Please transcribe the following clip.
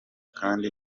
kandi